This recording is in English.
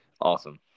Awesome